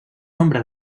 nombre